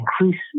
increase